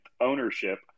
ownership